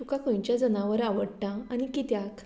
तुका खंयचें जनावर आवडटा आनी कित्याक